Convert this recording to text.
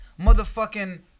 motherfucking